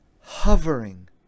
hovering